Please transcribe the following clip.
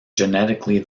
genetically